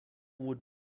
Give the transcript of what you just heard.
would